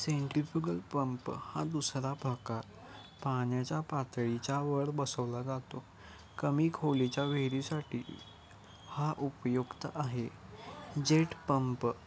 centrifugal pump हा दुसरा प्रकार पाण्याच्या पातळीचा वर बसवला जातो कमी खोलीच्या विहिरीसाठी हा उपयुक्त आहे जेठ पंप